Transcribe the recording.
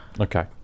Okay